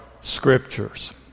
scriptures